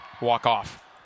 walk-off